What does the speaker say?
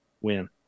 Win